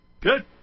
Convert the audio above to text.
Good